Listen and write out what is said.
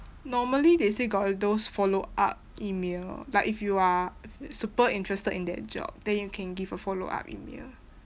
normally they say got those follow-up email like if you are super interested in that job then you can give a follow-up email